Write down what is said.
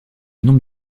nombre